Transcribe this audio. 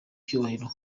cyubahiro